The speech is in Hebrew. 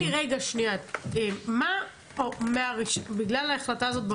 בגלל ההחלטה הזאת,